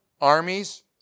Armies